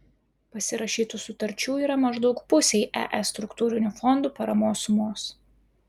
pasirašytų sutarčių yra maždaug pusei es struktūrinių fondų paramos sumos